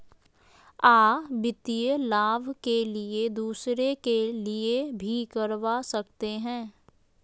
आ वित्तीय लाभ के लिए दूसरे के लिए भी करवा सकते हैं?